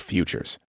Futures